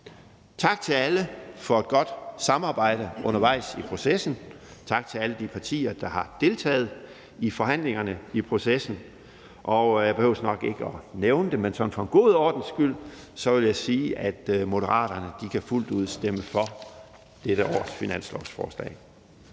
Tak til alle for et godt samarbejde undervejs i processen. Tak til alle de partier, der har deltaget i forhandlingerne, i processen, og jeg behøver nok ikke at nævne det, men sådan for en god ordens skyld vil jeg sige, at Moderaterne fuldt ud kan stemme for dette års finanslovsforslag.